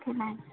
okay ma'am